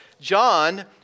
John